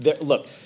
Look